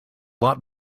lot